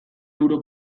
euro